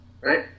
Right